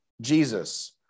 Jesus